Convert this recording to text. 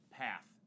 path